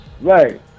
Right